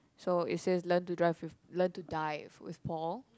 so it says learn to drive with learn to dive with Paul